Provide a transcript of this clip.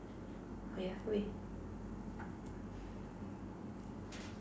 yeah wait